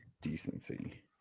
decency